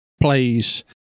plays